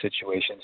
situations